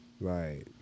Right